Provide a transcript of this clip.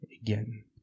again